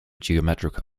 geometric